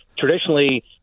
Traditionally